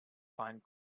find